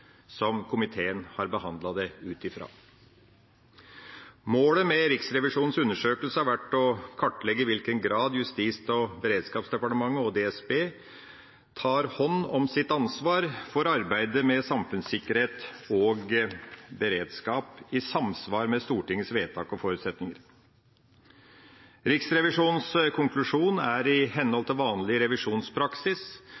som komiteen har behandlet dette ut fra. Målet med Riksrevisjonens undersøkelse har vært å kartlegge i hvilken grad Justis- og beredskapsdepartementet og DSB tar hånd om sitt ansvar for arbeidet med samfunnssikkerhet og beredskap i samsvar med Stortingets vedtak og forutsetninger. Riksrevisjonens konklusjon er i henhold til vanlig revisjonspraksis